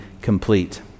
complete